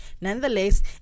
nonetheless